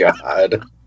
God